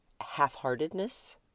half-heartedness